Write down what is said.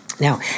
Now